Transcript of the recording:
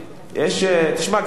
תשמע,